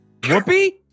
Whoopi